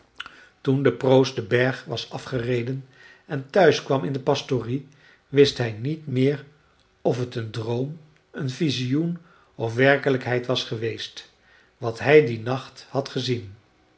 toen de proost den berg was afgereden en thuis kwam in de pastorie wist hij niet meer of t een droom een visioen of werkelijkheid was geweest wat hij dien nacht had gezien